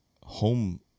home